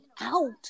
out